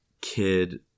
kid